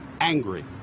angry